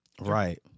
Right